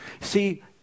See